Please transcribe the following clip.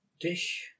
dish